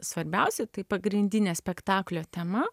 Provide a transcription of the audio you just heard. svarbiausia tai pagrindinė spektaklio tema